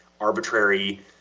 arbitrary